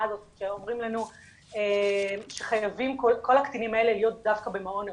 הזאת שאומרים לנו שחייבים כל הקטינים האלה להיות דווקא במעון נעול.